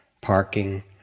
Parking